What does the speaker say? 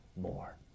more